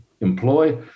employ